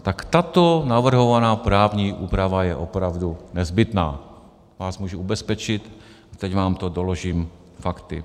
Tak tato navrhovaná právní úprava je opravdu nezbytná, vás můžu ubezpečit, teď vám to doložím fakty.